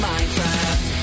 Minecraft